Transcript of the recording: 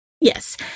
Yes